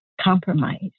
compromise